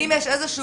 האם יש איזשהו